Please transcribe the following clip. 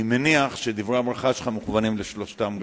אני מניח שדברי הברכה שלך מכוונים לשלושתם.